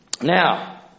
Now